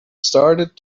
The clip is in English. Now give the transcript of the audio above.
started